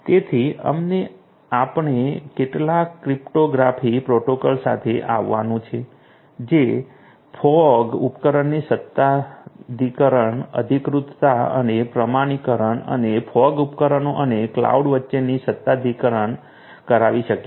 તેથી અને આપણે કેટલાક ક્રિપ્ટોગ્રાફિક પ્રોટોકોલ્સ સાથે આવવાનું છે જે ફોગ ઉપકરણોની સત્તાધિકરણ અધિકૃતતા અને પ્રમાણીકરણ અને ફોગ ઉપકરણો અને કલાઉડ વચ્ચેની સત્તાધિકરણ કરાવી શકે છે